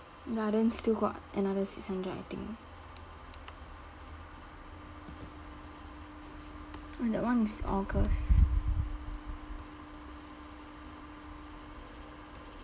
ya then still got another six hundred I think ah that one is august